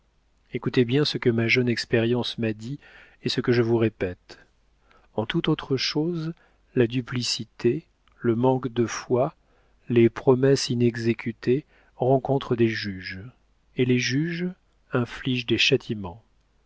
écoutez bien ce que ma jeune expérience m'a dit et ce que je vous répète en toute autre chose la duplicité le manque de foi les promesses inexécutées rencontrent des juges et les juges infligent des châtiments